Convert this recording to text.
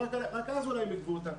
ורק אז אולי הם יגבו אותן.